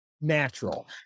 natural